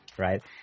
right